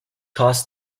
cost